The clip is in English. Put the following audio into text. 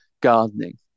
gardening